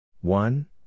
One